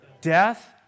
Death